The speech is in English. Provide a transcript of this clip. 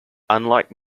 unlike